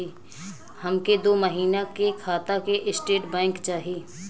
हमके दो महीना के खाता के स्टेटमेंट चाही?